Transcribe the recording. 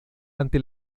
ante